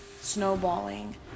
snowballing